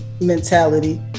mentality